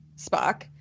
Spock